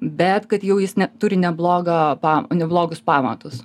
bet kad jau jis turi neblogą neblogus pamatus